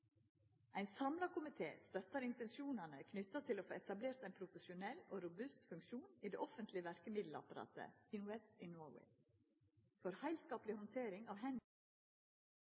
Ein samla komité støttar intensjonane knytte til å få etablert ein profesjonell og robust funksjon i det offentlege verkemiddelapparatet – Invest in Norway – for heilskapleg handtering av